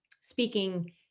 speaking